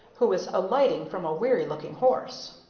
who was alighting from a weary-looking horse.